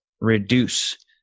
reduce